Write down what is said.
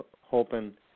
hoping